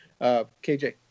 kj